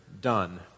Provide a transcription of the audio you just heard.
done